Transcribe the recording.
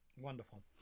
Wonderful